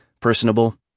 personable